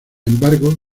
embargo